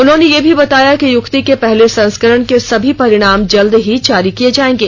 उन्होंने यह भी बताया कि युक्ति के पहले संस्करण के सभी परिणाम जल्द ही जारी किए जाएंगे